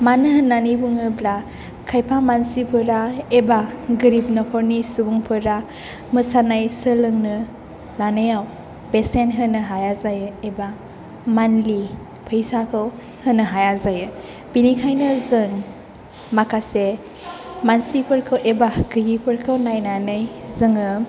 मानो होन्नानै बुङोब्ला खायफा मानसिफोरा एबा गोरिब नख'रनि सुबुंफोरा मोसानाय सोलोंनो लानायाव बेसेन होनो हाया जायो एबा मान्थलि फैसाखौ होनो हाया जायो बेनिखायनो जों माखासे मानसिफोरखौ एबा गैयैफोरखौ नायनानै जोङो